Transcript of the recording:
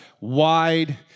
wide